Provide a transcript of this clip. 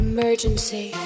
Emergency